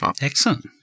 Excellent